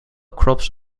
crops